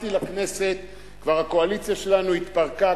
באתי לכנסת, כבר הקואליציה שלנו התפרקה.